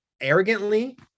arrogantly